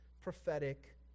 prophetic